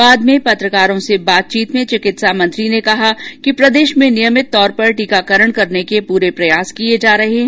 बाद में पत्रकारों से बातचीत में चिकित्सा मंत्री ने कहा कि प्रदेश में नियमित तौर पर टीकाकरण करने के पूरे प्रयास किये जा रहे हैं